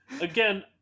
again